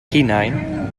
hunain